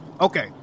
Okay